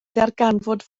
ddarganfod